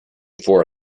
for